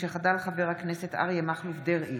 משחדל חבר הכנסת אריה מכלוף דרעי